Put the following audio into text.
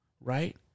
right